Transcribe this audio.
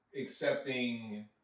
accepting